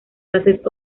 bases